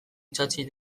itsatsi